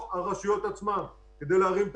ורשויות מקומיות בחלקן לא הרימו את